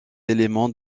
éléments